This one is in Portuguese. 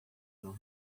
não